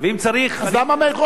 אני מסיר את ההתנגדות.